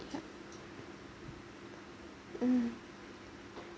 um